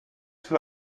für